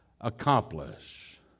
accomplish